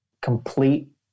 complete